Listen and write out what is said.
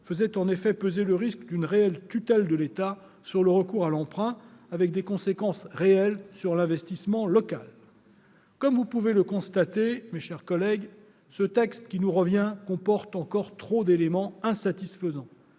faisait en effet peser le risque d'une véritable tutelle de l'État sur le recours à l'emprunt, avec des conséquences réelles sur l'investissement local. Comme vous pouvez le constater, mes chers collègues, ce texte qui nous revient de l'Assemblée nationale comporte encore trop d'éléments insatisfaisants.